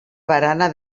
barana